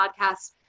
podcast